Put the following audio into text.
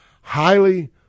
highly